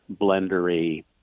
blendery